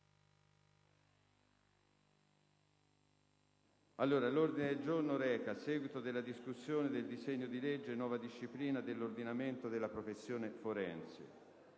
punto all'ordine del giorno, che è il seguito della discussione dei disegni di legge sulla nuova disciplina dell'ordinamento della professione forense.